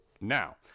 now